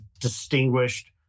distinguished